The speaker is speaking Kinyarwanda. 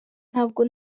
ntabwo